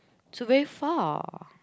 so very far